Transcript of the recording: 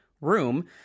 Room